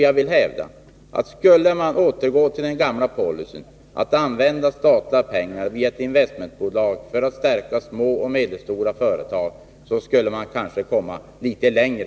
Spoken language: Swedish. Jag hävdar att om man skulle återgå till den gamla policyn att använda statliga pengar via ett investmentbolag för att stärka små och medelstora företag, skulle man kanske komma litet längre.